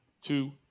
two